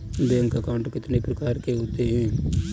Bank account कितने प्रकार के होते हैं?